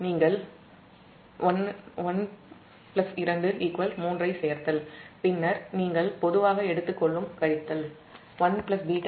நீங்கள் 2 1 3 ஐச் சேர்த்தால் பின்னர் நீங்கள் பொதுவாக எடுத்துக் கொள்ளும் 1 β β2 உங்கள் Vb கழித்தல்